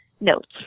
notes